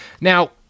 Now